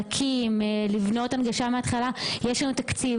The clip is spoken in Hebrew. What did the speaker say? לבנות הנגשה מהתחלה - יש לנו תקציב,